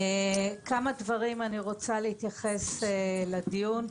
אני רוצה להתייחס לדיון.